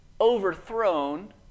overthrown